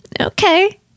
Okay